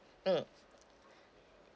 mmhmm